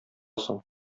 соң